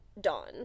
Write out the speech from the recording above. Dawn